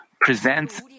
presents